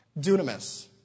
Dunamis